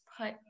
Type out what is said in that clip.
put